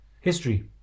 History